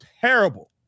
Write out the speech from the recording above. terrible